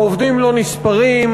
העובדים לא נספרים,